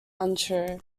untrue